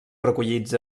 recollits